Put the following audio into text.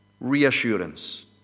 Reassurance